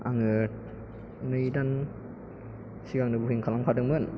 आङो नै दान सिगांनो बुकिं खालामखादोंमोन